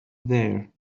there